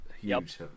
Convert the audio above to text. huge